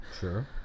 sure